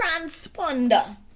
transponder